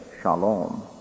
shalom